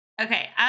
Okay